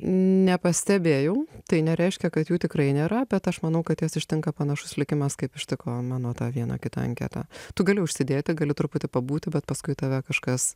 nepastebėjau tai nereiškia kad jų tikrai nėra bet aš manau kad jas ištinka panašus likimas kaip ištiko mano tą vieną kitą anketą tu gali užsidėti gali truputį pabūti bet paskui tave kažkas